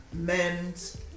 men's